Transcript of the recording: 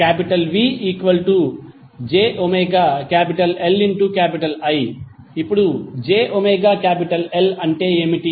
VjωLI ఇప్పుడు jωLఅంటే ఏమిటి